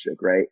right